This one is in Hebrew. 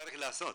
צריך לעשות.